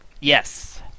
Yes